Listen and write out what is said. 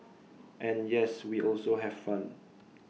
and yes we also have fun